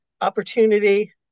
opportunity